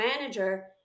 manager